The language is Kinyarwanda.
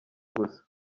gusa